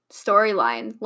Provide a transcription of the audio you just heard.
storyline